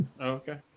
Okay